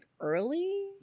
early